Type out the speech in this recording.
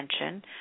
attention